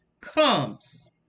comes